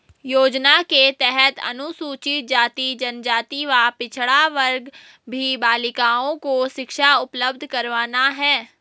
योजना के तहत अनुसूचित जाति, जनजाति व पिछड़ा वर्ग की बालिकाओं को शिक्षा उपलब्ध करवाना है